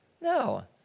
No